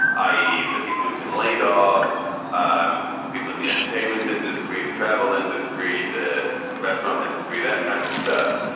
i e. the people who've been laid off um and people in the entertainment industry, the travel industry, the restaurant industry, that kind of stuff.